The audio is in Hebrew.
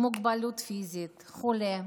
עם מוגבלות פיזית, חולה,